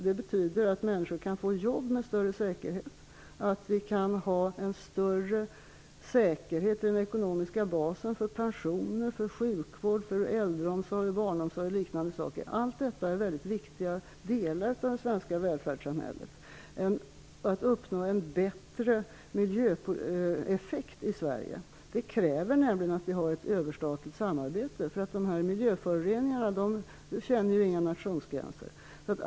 Det betyder att människor kan få jobb med större säkerhet och att vi kan ha en större säkerhet i den ekonomiska basen vad gäller exempelvis pensioner, sjukvård, äldreomsorg och barnomsorg. Allt detta är mycket viktiga delar i det svenska välfärdssamhället. Att uppnå en bättre miljöeffekt i Sverige kräver ett överstatligt samarbete. Miljöföroreningarna känner ju inga nationsgränser.